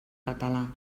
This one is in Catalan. català